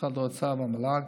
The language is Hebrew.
משרד האוצר והמל"ג,